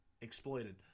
exploited